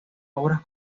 obras